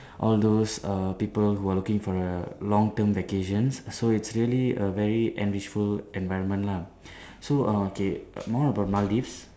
all those err people who are looking for a long term vacation so it's really a very enrichful environment lah so uh K more about Maldives